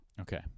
Okay